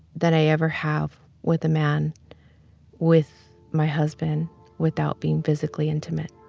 that i ever have with a man with my husband without being physically intimate.